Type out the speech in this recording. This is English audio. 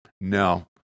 no